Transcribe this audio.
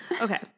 okay